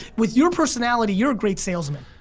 with your personality, you're a great salesman.